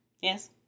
Yes